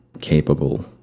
capable